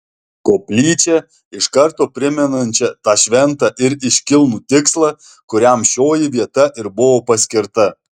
koplyčią iš karto primenančią tą šventą ir iškilnų tikslą kuriam šioji vieta ir buvo paskirta